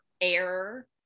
air